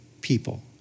people